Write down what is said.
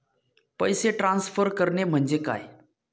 पैसे ट्रान्सफर करणे म्हणजे काय?